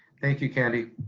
thank you, candy.